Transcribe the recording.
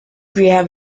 graham